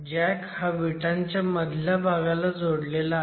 jack हा विटांच्या मधल्या भागाला जोडलेला आहे